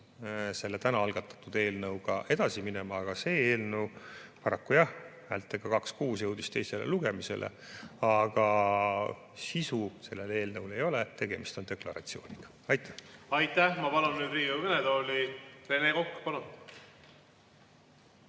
selle täna algatatud eelnõuga edasi minema. See eelnõu, paraku jah, häältega 2 : 6 jõudis teisele lugemisele, aga sisu sellel eelnõul ei ole, tegemist on deklaratsiooniga. Aitäh! Aitäh! Ma palun nüüd Riigikogu kõnetooli Rene Koka.